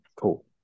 cool